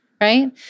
Right